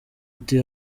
ati